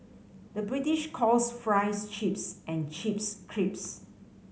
the British calls fries chips and chips